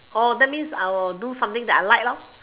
that means I'll do something that I like